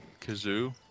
Kazoo